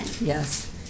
Yes